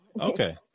Okay